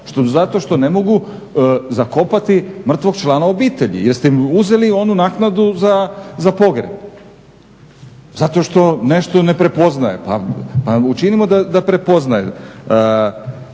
Zato što ne mogu zakopati mrtvog člana obitelji jer ste im uzeli onu naknadu za pogreb. Zato što nešto ne prepoznaje. Pa učinimo da prepoznaje.